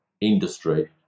industry